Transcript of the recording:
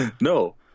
No